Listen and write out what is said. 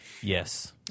Yes